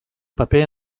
paper